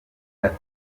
ati